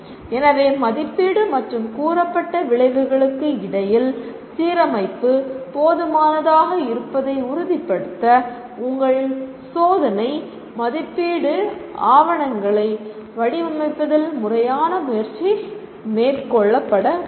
எனவே மதிப்பீடு மற்றும் கூறப்பட்ட விளைவுகளுக்கு இடையில் சீரமைப்பு போதுமானதாக இருப்பதை உறுதிப்படுத்த உங்கள் சோதனைமதிப்பீடு ஆவணங்களை வடிவமைப்பதில் முறையான முயற்சி மேற்கொள்ளப்பட வேண்டும்